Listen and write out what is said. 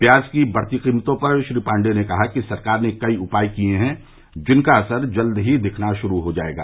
प्याज की बढ़ी कीमतों पर श्री पांडेय ने कहा कि सरकार ने कई उपाय किए हैं जिनका असर जल्द ही दिखना शुरू हुआ हो जाएगा